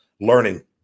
learning